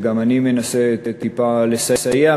וגם אני מנסה טיפה לסייע,